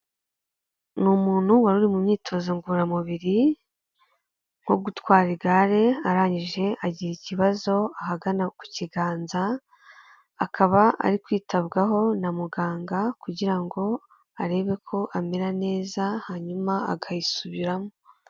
ni umuntu wari mu myitozo ngororamubiri nko gutwara igare arangije agira ikibazo ahagana ku kiganza akaba ari kwitabwaho na muganga kugira ngo arebe ko amera neza hanyuma akayisubiramo